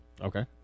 Okay